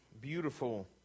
beautiful